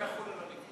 זה לא יחול על הליכוד.